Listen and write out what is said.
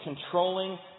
controlling